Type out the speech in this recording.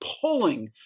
pulling